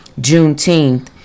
Juneteenth